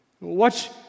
Watch